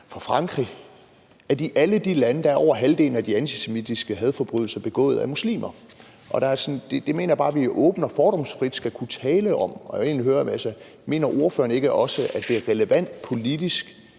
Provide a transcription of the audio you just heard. fra Frankrig, at i alle de lande er over halvdelen af de antisemitiske hadforbrydelser begået af muslimer. Og det mener jeg bare vi åbent og fordomsfrit skal kunne tale om. Og jeg vil egentlig høre: Mener ordføreren ikke også, at det politisk